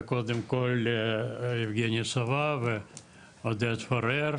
וקודם כל ליבגני סובה ועודד פורר